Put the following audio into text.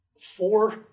four